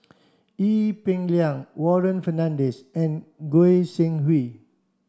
Ee Peng Liang Warren Fernandez and Goi Seng Hui